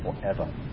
forever